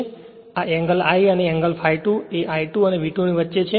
તેથી આ angle I અને એંગલ ∅ 2 એ I2 અને V2 ની વચ્ચે છે